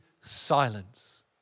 silence